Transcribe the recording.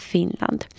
Finland